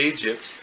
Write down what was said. Egypt